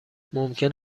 ممکن